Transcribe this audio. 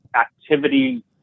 activity